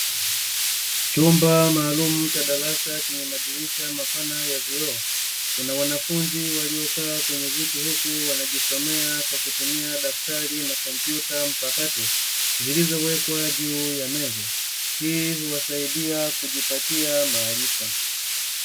Chumba maalumu cha darasa chenye madirisha mapana ya vioo, kuna wanafunzi waliokaa kwenye viti huku wanajisomea kwa kutumia madaftari na kompyuta mpakato zilizowekwa juu ya meza, hii huwasaidia kujipatia maarifa.